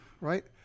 Right